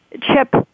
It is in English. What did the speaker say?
Chip